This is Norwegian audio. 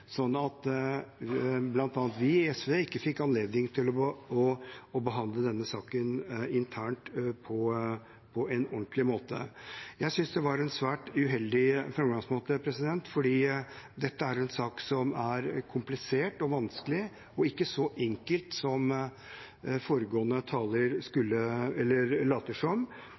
sånn at bl.a. vi i SV ikke fikk anledning til å behandle denne saken internt på en ordentlig måte. Jeg synes det var en svært uheldig framgangsmåte, fordi dette er en sak som er komplisert og vanskelig og ikke så enkel som foregående taler